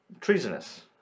treasonous